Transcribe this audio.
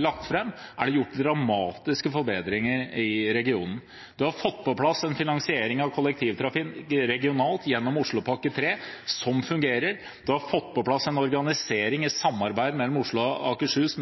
lagt fram, er det gjort dramatiske forbedringer i regionen. Man har fått på plass en finansiering av kollektivtrafikk regionalt, gjennom Oslopakke 3 – som fungerer. Man har fått på plass en organisering, i samarbeid mellom Oslo og Akershus,